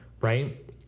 right